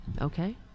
okay